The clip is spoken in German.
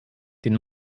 den